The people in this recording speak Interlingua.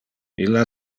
illa